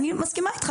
אני מסכימה איתך,